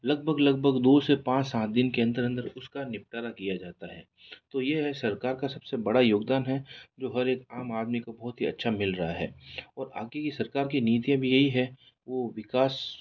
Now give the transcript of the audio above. लगभग लगभग दो से पाँच सात दिन के अंदर अंदर उसका निपटारा किया जाता है तो यह सरकार का सबसे बड़ा योगदान है जो हर एक आम आदमी को बहुत ही अच्छा मिल रहा है और आगे की सरकार की नीतियाँ भी यही है वो विकास